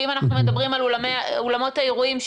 ואם אנחנו מדברים על אולמות האירועים,